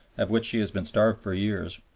of which she has been starved for years,